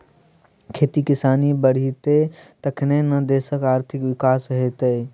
खेती किसानी बढ़ितै तखने न देशक आर्थिक विकास हेतेय